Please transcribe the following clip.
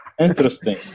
Interesting